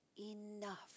enough